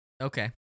okay